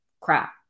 Crap